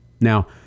Now